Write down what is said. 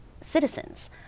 citizens